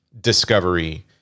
discovery